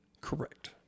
Correct